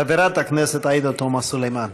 חברת הכנסת עאידה תומא סלימאן.